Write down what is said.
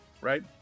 right